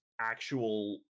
actual